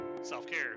self-care